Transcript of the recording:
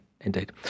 Indeed